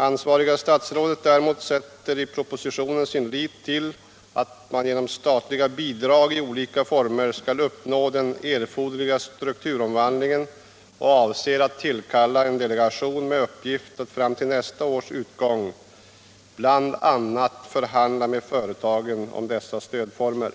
Ansvariga statsrådet däremot sätter i propositionen sin lit till att man genom statliga bidrag i olika former skall uppnå den erforderliga strukturomvandlingen och avser att tillkalla en delegation med uppgift att fram till nästa års utgång bl.a. förhandla med företagen om dessa stödformer.